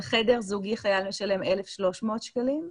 על חדר זוגי חייל משלם 1,300 שקלים,